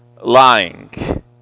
lying